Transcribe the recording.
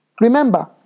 Remember